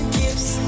gifts